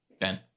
Ben